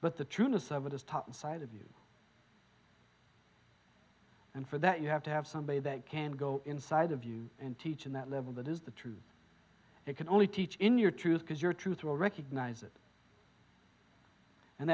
inside of you and for that you have to have somebody that can go inside of you and teach in that level that is the truth it can only teach in your truth because your truth will recognise it and